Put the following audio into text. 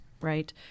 right